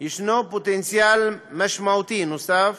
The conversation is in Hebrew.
יש פוטנציאל משמעותי נוסף